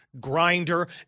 grinder